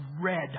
red